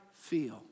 feel